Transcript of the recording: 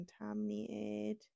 contaminated